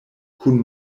kun